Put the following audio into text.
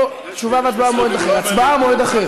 או תשובה והצבעה במועד אחר.